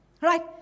right